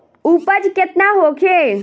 उपज केतना होखे?